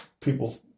people